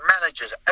managers